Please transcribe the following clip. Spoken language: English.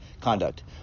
conduct